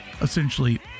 essentially